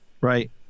right